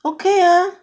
okay ah